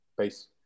Peace